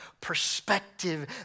perspective